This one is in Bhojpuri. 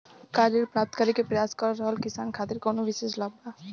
का ऋण प्राप्त करे के प्रयास कर रहल किसान खातिर कउनो विशेष लाभ बा?